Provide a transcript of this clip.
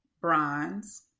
bronze